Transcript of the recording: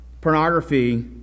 pornography